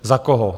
Za koho?